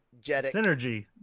synergy